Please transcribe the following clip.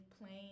plain